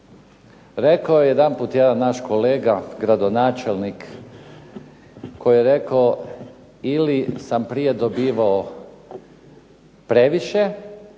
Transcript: Rekao je jedanput naš kolega gradonačelnik koji je rako ili sam prije dobivao previše